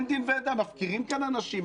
מפקירים כאן אנשים,